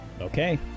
Okay